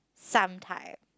sometime